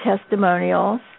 testimonials